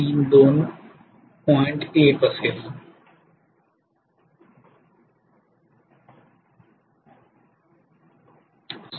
096 232